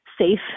safe